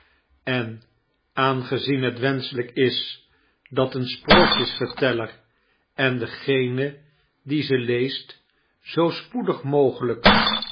en aangezien het wensehelijk is dflt een sprookjesverteller en degene die ze leest zoo spoedig mogelijk